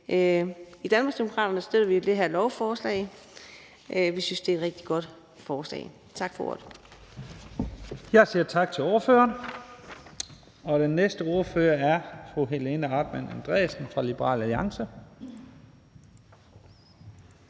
I Danmarksdemokraterne støtter vi det her lovforslag. Vi synes, det er et rigtig godt forslag. Tak for ordet.